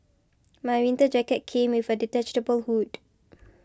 my winter jacket came with a detachable hood